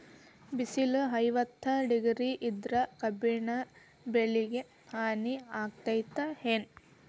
ಬಿಸಿಲ ಐವತ್ತ ಡಿಗ್ರಿ ಇದ್ರ ಕಬ್ಬಿನ ಬೆಳಿಗೆ ಹಾನಿ ಆಕೆತ್ತಿ ಏನ್?